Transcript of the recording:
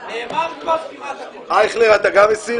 אייכלר, גם אתה מסיר?